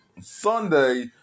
Sunday